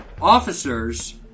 officers